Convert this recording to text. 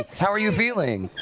how are you feeling?